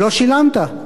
לא שילמת.